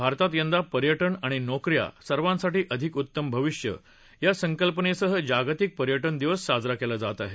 भारतात यंदा पर्यटन आणि नोकऱ्या सर्वांसाठी अधिक उत्तम भविष्य या संकल्पनेसह जागतिक पर्यटन दिवस साजरा केला जात आहे